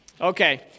Okay